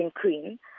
queen